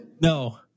No